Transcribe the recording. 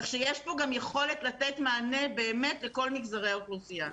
כך שיש פה גם יכולת לתת מענה באמת לכל מגזרי האוכלוסייה.